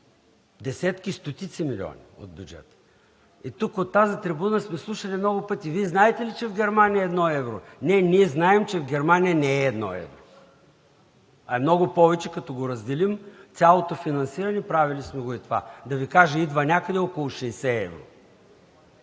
десетки, стотици милиони от бюджета. Тук от тази трибуна сме слушали много пъти – Вие знаете ли, че в Германия е едно евро? Не, ние знаем, че в Германия не е едно евро, а е много повече. Като разделим цялото финансиране, правили сме го и това, да ви кажа, идва някъде около 60 евро.